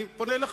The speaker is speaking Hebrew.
אני פונה אליך,